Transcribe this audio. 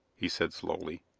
he said slowly.